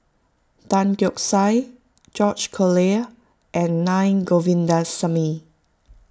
Tan Keong Saik George Collyer and Naa Govindasamy